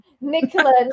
Nicola